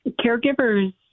caregivers